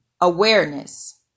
awareness